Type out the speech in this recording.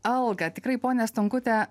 algą tikrai ponia stonkute